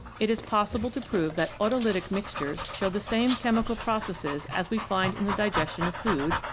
it is possible to prove that autolytic mixtures show the same chemical processes as we find in the digestion of food,